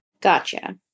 Gotcha